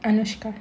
anushka